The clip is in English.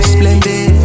Splendid